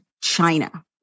China